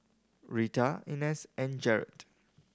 Rita Ines and Jarett